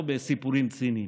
לא בסיפורים ציניים.